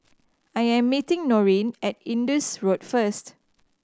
I am meeting Norene at Indus Road first